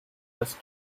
was